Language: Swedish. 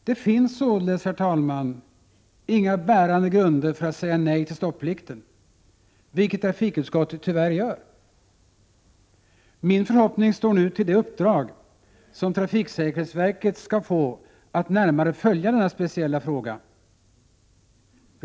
Det finns således, herr talman, inga bärande grunder för att säga nej till stopplikten, vilket trafikutskottet tyvärr gör. Min förhoppning står nu till det uppdrag som trafiksäkerhetsverket skall få att närmare följa denna speciella fråga.